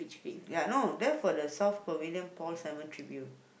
ya no then for the South Pavilion Paul-Simon Tribute